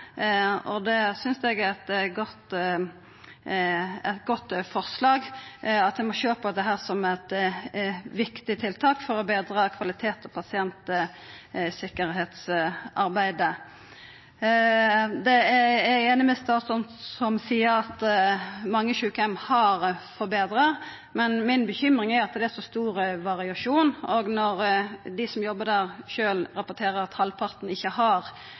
og det synest eg er eit godt forslag. Ein må sjå på dette som eit viktig tiltak for å betra kvaliteten og pasientsikkerheitsarbeidet. Eg er einig med statsråden, som seier at mange sjukeheimar har forbetra seg, men mi bekymring er at det er så stor variasjon. Når dei som jobbar der, sjølv rapporterer at halvparten av sjukeheimane ikkje har